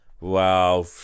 Wow